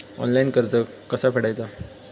Online कर्ज कसा फेडायचा?